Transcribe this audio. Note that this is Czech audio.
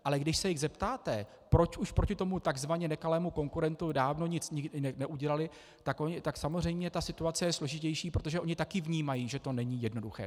Ale když se jich zeptáte, proč už proti tomu tzv. nekalému konkurentu dávno nic neudělali, tak samozřejmě ta situace je složitější, protože oni taky vnímají, že to není jednoduché.